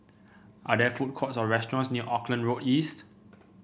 are there food courts or restaurants near Auckland Road East